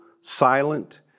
silent